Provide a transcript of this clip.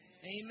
Amen